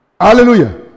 Hallelujah